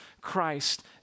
Christ